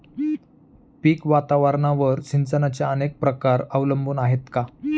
पीक वातावरणावर सिंचनाचे अनेक प्रकार अवलंबून आहेत का?